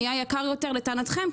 נהיה יקר יותר לטענתכם.